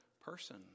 person